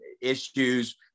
issues